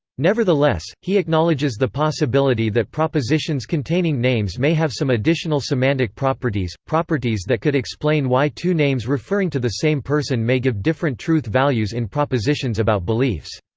nevertheless, he acknowledges the possibility that propositions containing names may have some additional semantic properties, properties that could explain why two names referring to the same person may give different truth values in propositions about beliefs.